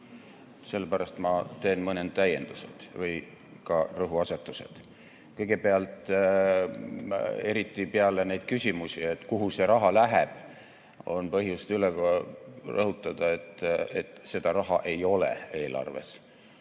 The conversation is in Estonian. Sellepärast teen ma mõned täiendused või ka rõhuasetused. Kõigepealt, eriti peale neid küsimusi, et kuhu see raha läheb, on põhjust üle rõhutada, et seda raha ei ole eelarves.